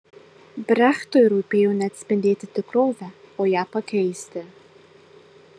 brechtui rūpėjo ne atspindėti tikrovę o ją pakeisti